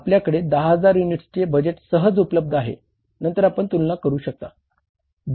आपल्याकडे 10 हजार युनिट्सचे बजेट सहज उपलब्ध आहे नंतर आपण तुलना करू शकता